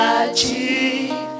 achieve